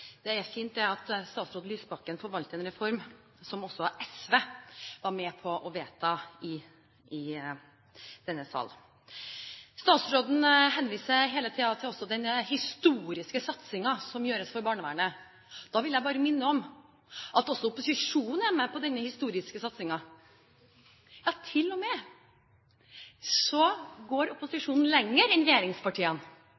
fint at statsråd Lysbakken forvalter en reform som også SV var med på å vedta i denne sal. Statsråden henviser hele tiden til den historiske satsingen som gjøres for barnevernet. Da vil jeg bare minne om at også opposisjonen er med på denne historiske